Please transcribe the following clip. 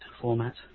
format